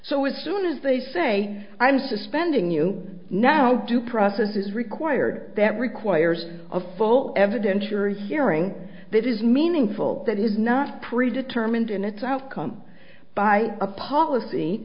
so as soon as they say i'm suspending you now due process is required that requires a full evidentiary hearing that is meaningful that is not pre determined in its outcome by a policy